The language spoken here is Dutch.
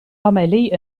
amélie